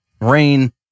Rain